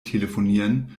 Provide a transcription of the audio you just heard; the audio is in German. telefonieren